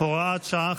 (הוראת שעה,